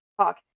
talk